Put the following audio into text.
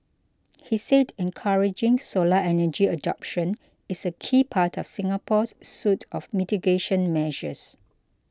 he said encouraging solar energy adoption is a key part of Singapore's suite of mitigation measures